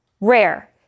rare